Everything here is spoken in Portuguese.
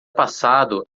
passado